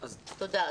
תודה.